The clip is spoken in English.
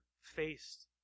faced